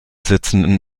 sitzenden